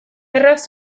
erraz